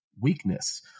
weakness